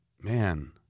man